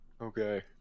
Okay